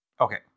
Okay